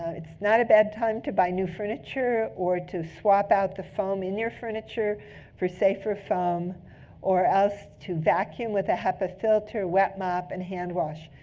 it's not a bad time to buy new furniture or to swap out the foam in your furniture for safer foam or else to vacuum with a hepa filter, well mop, and hand wash.